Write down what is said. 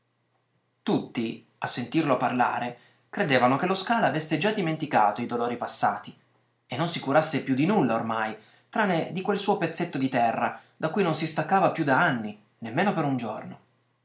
tutti a sentirlo parlare credevano che lo scala avesse già dimenticato i dolori passati e non si curasse più di nulla ormai tranne di quel suo pezzetto di terra da cui non si staccava più da anni nemmeno per un giorno